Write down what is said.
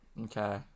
Okay